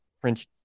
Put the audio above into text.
French